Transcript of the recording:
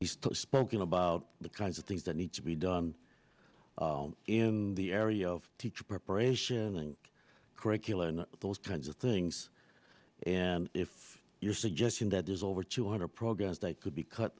he's spoken about the kinds of things that need to be done in the area of teacher preparation and curricula and those kinds of things and if you're suggesting that there's over two hundred programs that could be cut